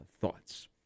thoughts